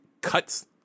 cuts